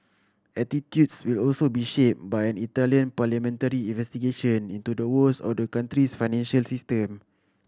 attitudes will also be shape by an Italian parliamentary investigation into the woes of the country's financial system